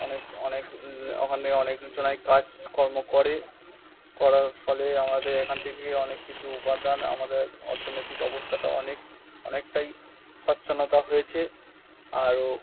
অনেক অনেক ওখানে অনেক জনাই কাজকর্ম করে করার ফলে আমাদের এখান থেকে অনেক কিছু উপাদান আমাদের অর্থনৈতিক অবস্থাটা অনেক অনেকটাই স্বচ্ছনতা হয়েছে আরও